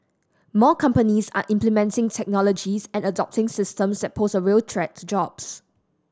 more companies are implementing technologies and adopting systems that pose a real threat to jobs